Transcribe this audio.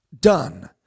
done